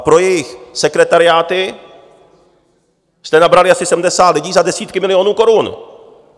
Pro jejich sekretariáty jste nabrali asi 70 lidí za desítky milionů korun.